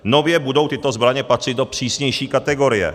Nově budou tyto zbraně patřit do přísnější kategorie.